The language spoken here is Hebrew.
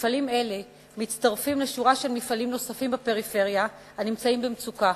מפעלים אלה מצטרפים לשורה של מפעלים נוספים בפריפריה הנמצאים במצוקה.